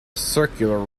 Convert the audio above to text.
circular